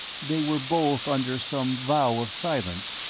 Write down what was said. they were both under some vow of silence.